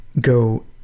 go